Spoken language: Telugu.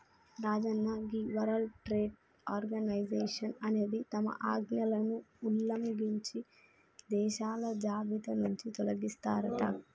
రాజన్న గీ వరల్డ్ ట్రేడ్ ఆర్గనైజేషన్ అనేది తమ ఆజ్ఞలను ఉల్లంఘించే దేశాల జాబితా నుంచి తొలగిస్తారట